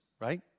right